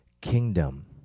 kingdom